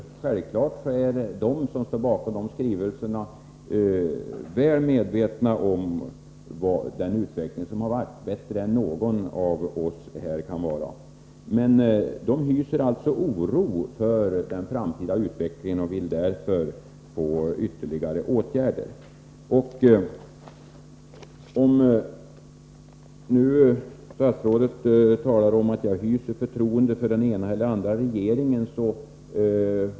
Självfallet känner de som står bakom dessa skrivelser bättre till den utveckling som har varit än någon av oss här. Men de hyser oro för den framtida utvecklingen och vill därför få till stånd ytterligare åtgärder. Nu talar statsrådet om huruvida jag hyser förtroende för den ena eller den andra regeringen.